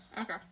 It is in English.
Okay